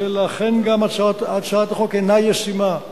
ולכן גם הצעות החוק אינה ישימה.